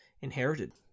inherited